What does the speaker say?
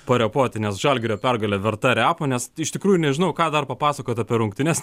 parepuoti nes žalgirio pergalė verta repo nes iš tikrųjų nežinau ką dar papasakot apie rungtynes